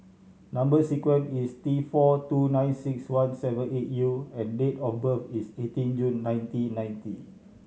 number sequence is T four two nine six one seven eight U and date of birth is eighteen June nineteen ninety